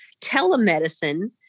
telemedicine